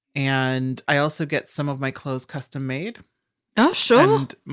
and i also get some of my clothes custom made oh sure and